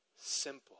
simple